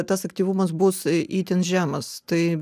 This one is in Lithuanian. tas aktyvumas bus itin žemas tai